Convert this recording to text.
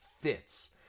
fits